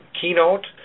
keynote